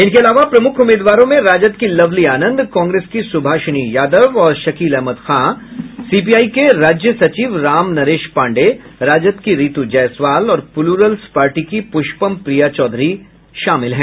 इनके अलावा प्रमुख उम्मीदवारों में राजद की लवली आनंद कांग्रेस की सुभाषिनी यादव और शकील अहमद खां सीपीआई के राज्य सचिव राम नरेश पांडेय राजद की रितु जायसवाल और प्लुरल्स पार्टी की पुष्पम प्रिया चौधरी शामिल हैं